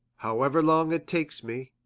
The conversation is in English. however long it takes me.